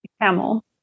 camel